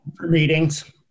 meetings